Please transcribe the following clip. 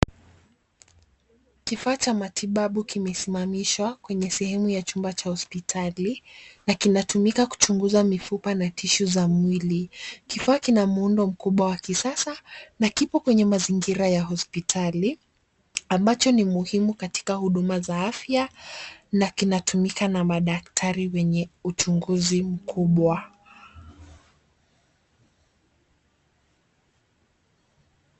Kifaa cha matibabu kimesimamishwa kwenye sehemu ya chumba cha hospitali, na kinatumika kuchunguza mifupa na tishu za mwili. Kifaa hiki kina mwonekano mkubwa wa kisasa, na kipo kwenye mazingira ya hospitali. Ni kifaa muhimu katika huduma za afya, na kinatumika na madaktari kwa uchunguzi wa kina.